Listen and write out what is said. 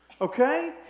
okay